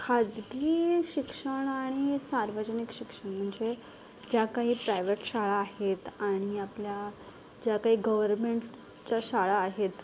खासगी शिक्षण आणि सार्वजनिक शिक्षण म्हणजे ज्या काही प्रायव्हेट शाळा आहेत आणि आपल्या ज्या काही गव्हर्नमेंटच्या शाळा आहेत